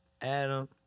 Adam